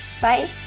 Bye